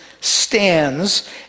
stands